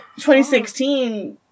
2016